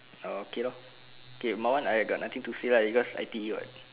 oh okay lor okay mine one I got nothing to say lah because I_T_E [what]